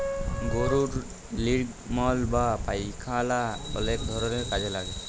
গরুর লির্গমল বা পায়খালা অলেক ধরলের কাজে লাগে